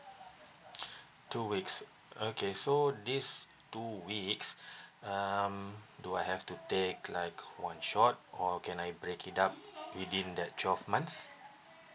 two weeks okay so these two weeks um do I have to take like one shot or can I break it up within that twelve months